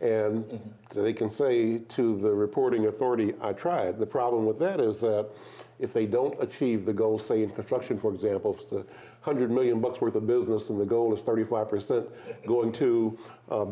and they can say to the reporting authority i tried the problem with that is a if they don't achieve the goal say in construction for example of a hundred million bucks worth of business and the goal is thirty five percent going to